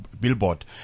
billboard